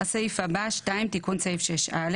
תיקון סעיף 6א